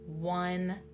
one